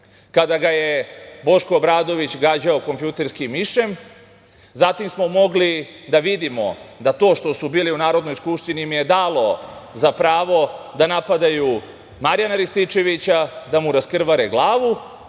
kada ga je Boško Obradović gađao kompjuterskim mišem. Zatim smo mogli da vidimo da to što su bili u Narodnoj skupštini im je dalo za pravo da napadaju Marijana Rističevića i da mu raskrvare glavu,